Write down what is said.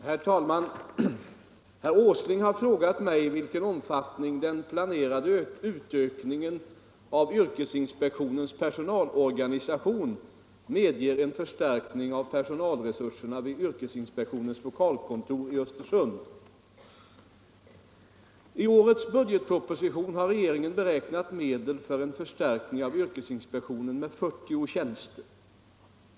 Herr talman! Herr Åsling har frågat mig i vilken omfattning den planerade utökningen av yrkesinspektionens personalorganisation medger en förstärkning av personalresurserna vid yrkesinspektionens lokalkontor i Östersund. I årets budgetproposition har regeringen beräknat medel för en förstärkning av yrkesinspektionen med 40 tjänster.